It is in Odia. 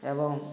ଏବଂ